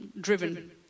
driven